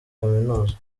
kaminuza